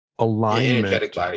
alignment